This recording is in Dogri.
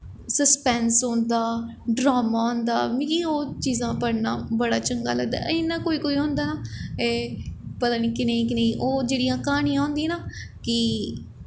सस्पैंस होंदा ड्रामा होंदा मिगी ओह् चीज़ां पढ़ना बड़ा चंगा लगदा इ'यां कोई कोई होंदा ना एह् पता निं कनेही कनेही ओह् जेह्ड़ियां क्हानियां होंदियां ना कि